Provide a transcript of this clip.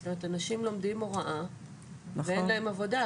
זאת אומרת אנשים לומדים הוראה ואין להם עבודה.